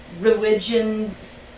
religions